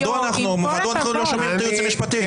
מדוע אנחנו לא שומעים את הייעוץ המשפטי?